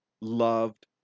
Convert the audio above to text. loved